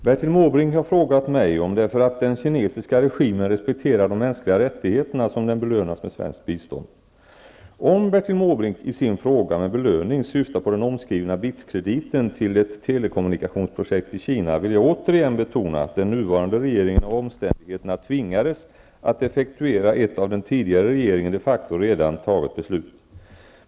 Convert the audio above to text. Fru talman! Bertil Måbrink har frågat mig om det är för att den kinesiska regimen respekterar de mänskliga rättigheterna som den belönas med svenskt bistånd. Om Bertil Måbrink i sin fråga med belöning syftar på den omskrivna BITS-krediten till ett telekommunkationsprojekt i Kina, vill jag återigen betona att den nuvarande regeringen av omständigheterna tvingades att effektuera ett av den tidigare regeringen de facto redan fattat beslut.